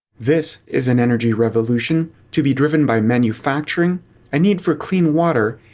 this is an energy revolution to be driven by manufacturing, a need for clean water,